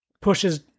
pushes